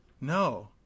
no